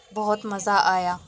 بہت مزہ آیا